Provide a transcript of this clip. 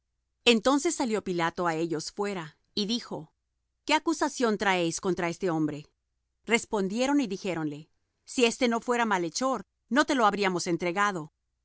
entonces salió pilato á ellos fuera y dijo qué acusación traéis contra este hombre respondieron y dijéronle si éste no fuera malhechor no te le habríamos entregado